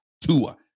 Tua